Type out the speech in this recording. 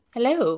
Hello